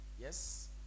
Yes